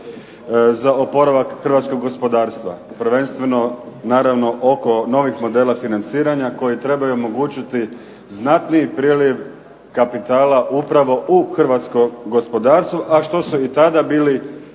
za oporavak hrvatskog gospodarstva prvenstveno naravno oko novih modela financiranja koji trebaju omogućiti znatniji priliv kapitala upravo u hrvatsko gospodarstvo, a što su i tada bili